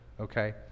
Okay